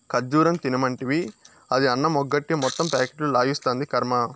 ఖజ్జూరం తినమంటివి, అది అన్నమెగ్గొట్టి మొత్తం ప్యాకెట్లు లాగిస్తాంది, కర్మ